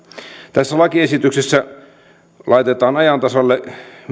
tässä lakiesityksessä laitetaan ajan tasalle